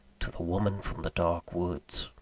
to the woman from the dark woods.